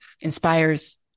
inspires